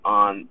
on